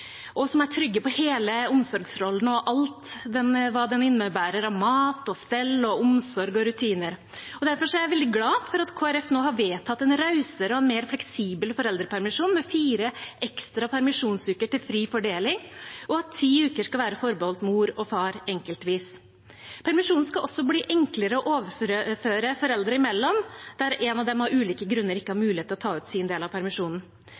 og som er trygge på hele omsorgsrollen og alt hva den innebærer av mat, stell, omsorg og rutiner. Derfor er jeg veldig glad for at Kristelig Folkeparti nå har vedtatt en rausere og mer fleksibel foreldrepermisjon med fire ekstra permisjonsuker til fri fordeling, og at ti uker skal være forbeholdt mor og far enkeltvis. Permisjonen skal også bli enklere å overføre foreldre imellom, der en av dem av ulike grunner ikke har mulighet til å ta ut sin del av permisjonen.